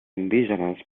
indígenes